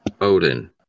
Odin